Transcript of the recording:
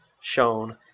shown